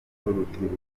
urubyiruko